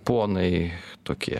ponai tokie